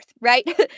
right